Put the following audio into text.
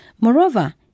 moreover